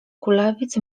kulawiec